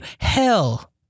hell